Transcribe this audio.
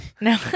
No